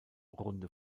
runde